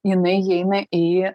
jinai įeina į